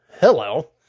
hello